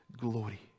glory